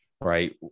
right